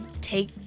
take